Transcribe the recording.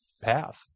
path